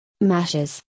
mashes